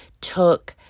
took